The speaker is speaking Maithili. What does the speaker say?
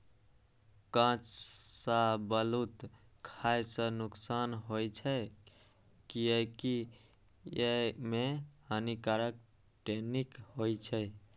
कांच शाहबलूत खाय सं नुकसान होइ छै, कियैकि अय मे हानिकारक टैनिन होइ छै